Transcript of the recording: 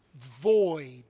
void